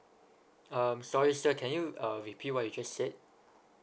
um sorry sir can you uh repeat what you just said